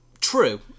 True